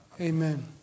Amen